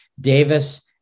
Davis